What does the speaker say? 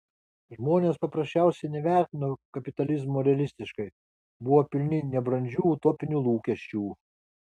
žmonės paprasčiausiai nevertino kapitalizmo realistiškai buvo pilni nebrandžių utopinių lūkesčių